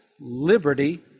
liberty